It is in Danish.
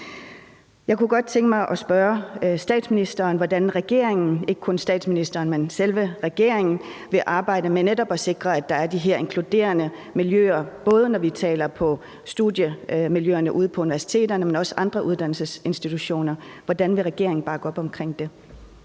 Jeg kunne godt tænke mig at spørge statsministeren, hvordan ikke kun statsministeren, men selve regeringen vil arbejde med netop at sikre, at der er de her inkluderende miljøer, både når vi taler om studiemiljøerne ude på universiteterne og på andre uddannelsesinstitutioner. Hvordan vil regeringen bakke op om det?